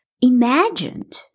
imagined